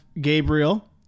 Gabriel